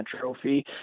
Trophy